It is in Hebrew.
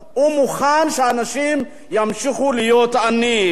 מוכן שאנשים ימשיכו להיות עניים.